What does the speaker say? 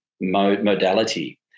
modality